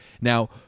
Now